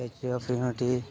statue of unity